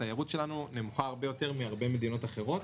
התיירות שלנו נמוכה הרבה יותר מהרבה מדינות אחרות.